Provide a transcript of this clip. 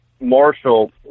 Marshall